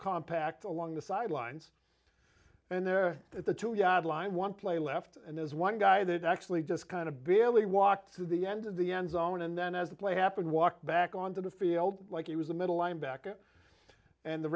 compact along the sidelines and there are at the two yard line one play left and there's one guy that actually just kind of barely walked through the end of the end zone and then as the play happened walked back onto the field like he was a middle linebacker and the